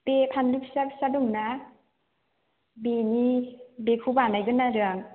बे फानलु फिसा फिसा दं ना बेनि बेखौ बानायगोन आरो आं